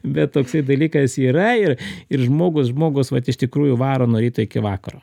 bet toksai dalykas yra ir ir žmogus žmogus vat iš tikrųjų varo nuo ryto iki vakaro